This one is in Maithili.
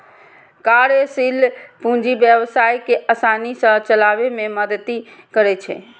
कार्यशील पूंजी व्यवसाय कें आसानी सं चलाबै मे मदति करै छै